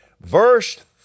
Verse